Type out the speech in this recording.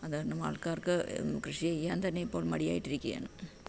അതുകാരണം ആൾക്കാർക്കു കൃഷിചെയ്യാൻ തന്നെ ഇപ്പോൾ മടിയായിട്ടിരിക്കുകയാണ്